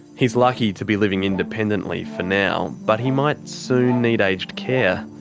he's lucky to be living independently for now, but he might soon need aged care.